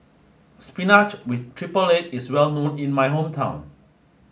spinach with triple egg is well known in my hometown